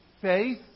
faith